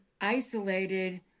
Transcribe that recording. isolated